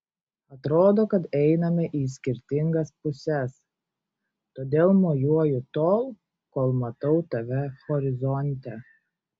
atrodo kad einame į skirtingas puses todėl mojuoju tol kol matau tave horizonte